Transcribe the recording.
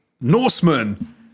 Norseman